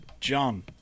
John